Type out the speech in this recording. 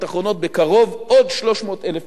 אחרונות": "בקרוב עוד 300,000 מובטלים".